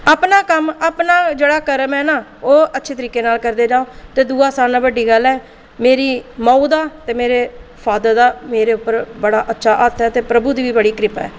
अपना कम्म अपना जेह्ड़ा कम्म ऐ न ओह् अच्छे तरीके नाल करदे जाओ ते दूआ सारें कोला बड़ी गल्ल ऐ मेरी माऊ दा ते फादर दा मेरे उप्पर बड़ा अच्छा हत्थ ऐ प्रभु दी बी बड़ी क्रिपा ऐ